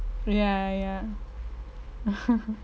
ya ya